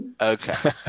Okay